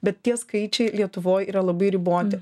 bet tie skaičiai lietuvoj yra labai riboti